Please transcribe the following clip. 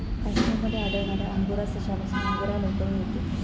काश्मीर मध्ये आढळणाऱ्या अंगोरा सशापासून अंगोरा लोकर मिळते